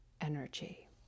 energy